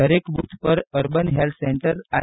દરેક બૂથ પર urban health centre I